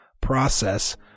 process